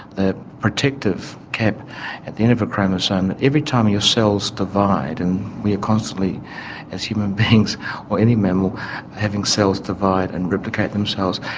the protective cap at the end of a chromosome, that every time your cells divide, and we are constantly as human beings or any mammal having cells divide and replicate themselves,